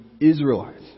Israelites